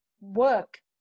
work